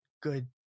good